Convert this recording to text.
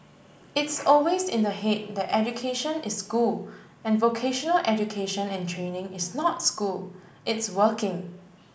it's always in the head that education is school and vocational education and training is not school it's working